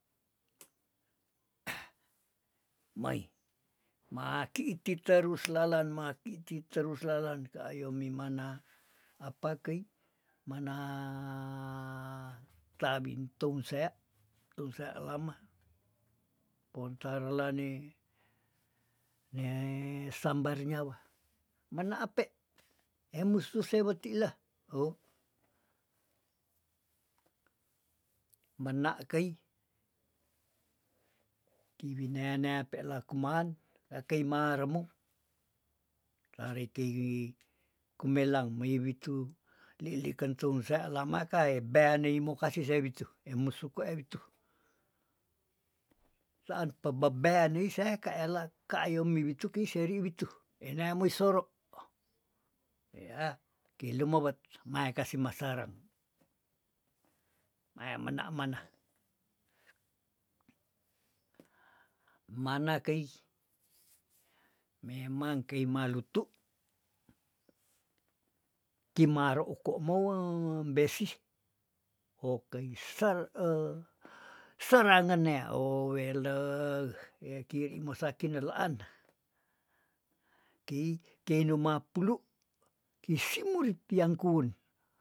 Ah, mei makiiti terus lalen makiiti terus lalen kayo mimana apa kei mana tabin tongsea tongsea lama, pontar lane ne sambar nyawa mana ape emusuh sewetilah ho mena kei, ei winea- nea pe lakuman rakei maremuk tarekei kumelang mei witu lili kentung sea lama kae beaneimo kase sewitu emusuh kwa ewitu, taan pebebean neis sea kaela kayomi witu kei seri witu eneamoi sorop eyah keilumuwet sumae kasih masarang mae mana- mana, mana keih memang kei malutu kimarooh komouee besih okeisar eh serangen nea oweleh ya keri mosaki nelaan kei- kei numa pulu kei simuritiang kun.